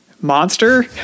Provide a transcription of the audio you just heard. monster